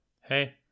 hey